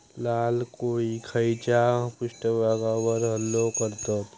लाल कोळी खैच्या पृष्ठभागावर हल्लो करतत?